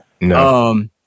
No